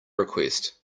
request